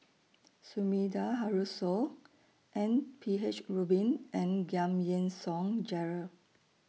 Sumida Haruzo M P H Rubin and Giam Yean Song Gerald